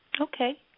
Okay